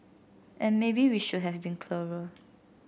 and maybe we should have been clearer